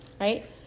right